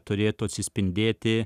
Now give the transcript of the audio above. turėtų atsispindėti